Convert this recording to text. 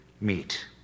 meet